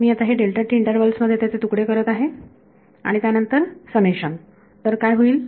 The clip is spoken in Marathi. मी आता हे इंटरव्हल्स मध्ये त्याचे तुकडे करत आहे आणि त्यानंतर समेशन तर काय होईल